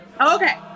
Okay